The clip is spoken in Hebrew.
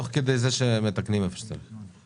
תוך כדי זה שמתקנים היכן שצריך.